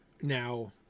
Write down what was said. Now